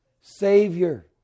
Savior